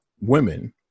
women